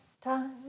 time